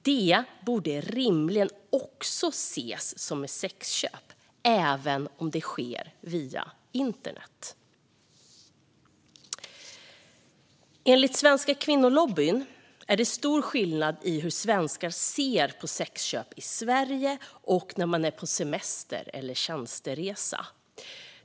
Detta borde rimligen också ses som ett sexköp, även om det sker via internet. Enligt Sveriges kvinnolobby är det stor skillnad i hur svenskar ser på sexköp när man är i Sverige och när man är på semester eller tjänsteresa.